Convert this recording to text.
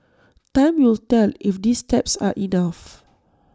time will tell if these steps are enough